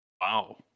Wow